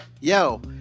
Yo